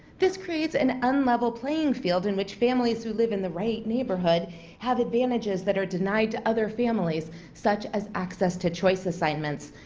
this creates an unlevel playing field in which families who live in the right neighborhood have advantages that are denied to other families such as access to choice assignments.